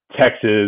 Texas